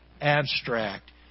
abstract